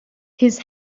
his